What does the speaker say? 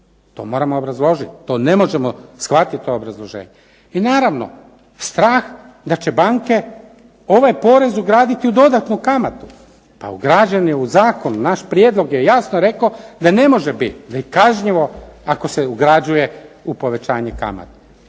To moramo obrazložiti, to ne možemo shvatiti to obrazloženje. I naravno strah da će banke ovaj porez ugraditi u dodatnu kamatu. Pa ugrađen je u zakon, naš prijedlog je jasno rekao da ne može biti, da je kažnjivo ako se ugrađuje u povećanje kamata.